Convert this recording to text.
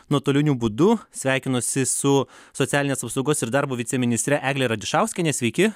nuotoliniu būdu sveikinuosi su socialinės apsaugos ir darbo viceministre egle radišauskiene sveiki